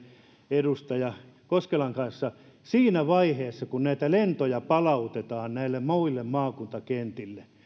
edustaja koskelan kanssa siinä vaiheessa kun näitä lentoja palautetaan näille muille maakuntakentille